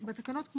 בתקנות,